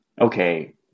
okay